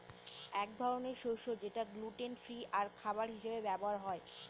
এক ধরনের শস্য যেটা গ্লুটেন ফ্রি আর খাবার হিসাবে ব্যবহার হয়